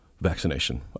vaccination